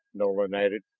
nolan added.